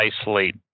isolate